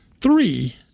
three